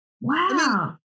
Wow